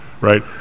right